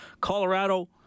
Colorado